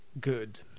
good